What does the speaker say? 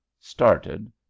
started